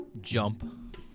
jump